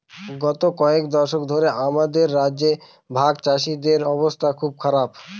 গত কয়েক দশক ধরে আমাদের রাজ্যে ভাগচাষীদের অবস্থা খুব খারাপ